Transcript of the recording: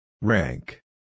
Rank